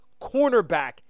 cornerback